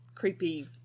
creepy